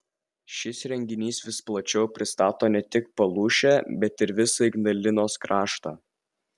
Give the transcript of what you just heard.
šis renginys vis plačiau pristato ne tik palūšę bet ir visą ignalinos kraštą